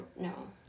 no